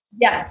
yes